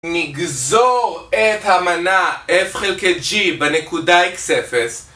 נגזור את המנה, f חלקי g בנקודה איקס אפס.